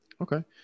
Okay